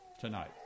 tonight